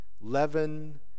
leaven